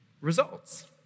results